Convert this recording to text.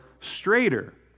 straighter